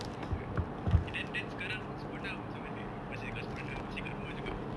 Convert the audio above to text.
oh my god and then then sekarang sekolah macam mana masih kat sekol~ uh masih kat rumah juga